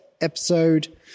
episode